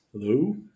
Hello